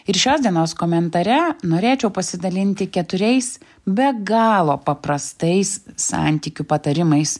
ir šios dienos komentare norėčiau pasidalinti keturiais be galo paprastais santykių patarimais